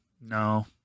No